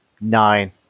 nine